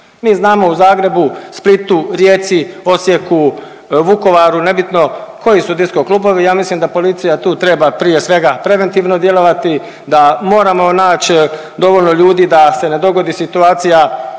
Mi znamo u Zagrebu, Splitu, Rijeci, Osijeku, Vukovaru, nebitno koji su disco klubovi, ja mislim da policija tu treba prije svega preventivno djelovati, da moramo nać dovoljno ljudi da se ne dogodi situacija